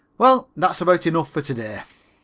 well, that's about enough for to-day.